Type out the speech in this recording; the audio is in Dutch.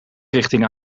richting